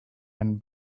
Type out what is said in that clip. and